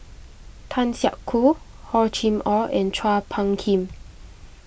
Tan Siak Kew Hor Chim or and Chua Phung Kim